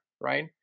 right